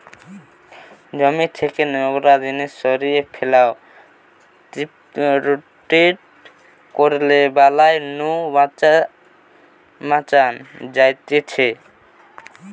জমি থেকে নোংরা জিনিস সরিয়ে ফ্যালা, ক্রপ রোটেট করলে বালাই নু বাঁচান যায়তিছে